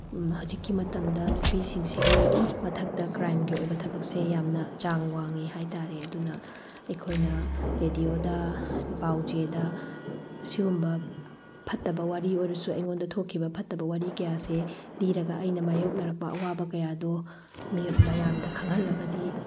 ꯍꯧꯖꯤꯛꯀꯤ ꯃꯇꯝꯗ ꯅꯨꯄꯤꯁꯤꯡꯁꯤꯒꯤ ꯃꯊꯛꯇ ꯀ꯭ꯔꯥꯏꯝꯒꯤ ꯑꯣꯏꯕ ꯊꯕꯛꯁꯦ ꯌꯥꯝꯅ ꯆꯥꯡ ꯋꯥꯡꯉꯦ ꯍꯥꯏꯇꯥꯔꯦ ꯑꯗꯨꯅ ꯑꯩꯈꯣꯏꯅ ꯔꯦꯗꯤꯑꯣꯗ ꯄꯥꯎ ꯆꯦꯗ ꯑꯁꯤꯒꯨꯝꯕ ꯐꯠꯇꯕ ꯋꯥꯔꯤ ꯑꯣꯏꯔꯁꯨ ꯑꯩꯉꯣꯟꯗ ꯊꯣꯛꯈꯤꯕ ꯐꯠꯇꯕ ꯋꯥꯔꯤ ꯀꯌꯥꯁꯦ ꯂꯤꯔꯒ ꯑꯩꯅ ꯃꯥꯏꯌꯣꯛꯅꯔꯛꯄ ꯑꯋꯥꯕ ꯀꯌꯥꯗꯣ ꯃꯤ ꯃꯌꯥꯝꯗ ꯈꯪꯍꯜꯂꯒꯗꯤ